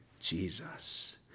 Jesus